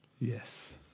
Yes